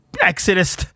exodus